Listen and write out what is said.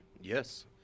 yes